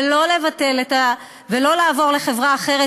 ולא לעבור לחברה אחרת,